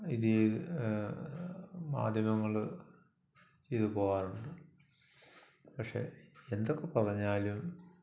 ഇത് ഈ മാധ്യമങ്ങൾ ചെയ്തു പോവാറുണ്ട് പക്ഷേ എന്തൊക്കെ പറഞ്ഞാലും